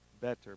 better